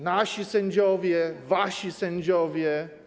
Nasi sędziowie, wasi sędziowie.